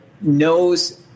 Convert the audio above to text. knows